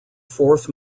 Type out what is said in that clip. fourth